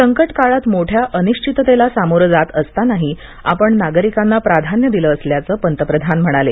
संकटकाळात मोठ्या अनिश्विततेला सामोरे जात असतानाही आपण नागरीकांना प्राधान्य दिलं असल्याचं पंतप्रधान म्हणाले